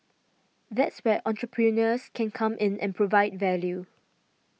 that's where entrepreneurs can come in and provide value